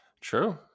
true